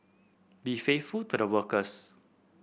be faithful to the workers